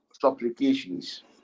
supplications